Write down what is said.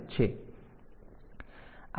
તેથી આ EA બાર છે